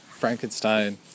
Frankenstein